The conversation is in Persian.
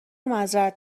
معذرت